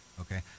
Okay